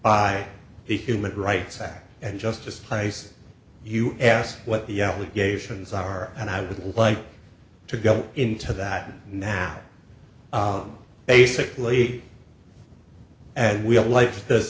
by the human rights act and justice place you ask what the allegations are and i would like to go into that now on basically and we all like th